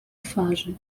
twarzy